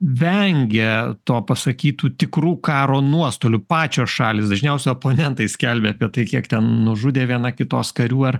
vengia to pasakytų tikrų karo nuostolių pačios šalys dažniausiai oponentai skelbia apie tai kiek ten nužudė viena kitos karių ar